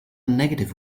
negative